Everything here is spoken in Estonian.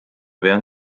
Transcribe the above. pean